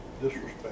Disrespect